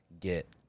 get